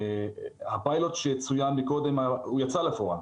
הפיילוט שצוין קודם יצא לפועל